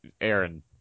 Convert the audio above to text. Aaron